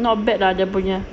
not bad lah dia punya